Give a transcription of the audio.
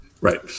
Right